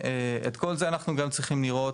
ואת כל זה אנחנו גם צריכים לראות,